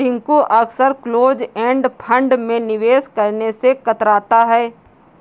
टिंकू अक्सर close end fund में निवेश करने से कतराता है